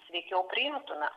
sveikiau priimtume